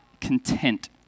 content